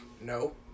no